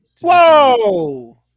Whoa